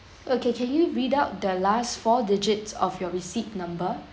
okay can you read out the last four digits of your receipt number